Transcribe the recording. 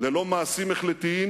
ללא מעשים החלטיים,